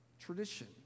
tradition